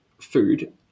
food